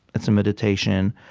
it's a meditation.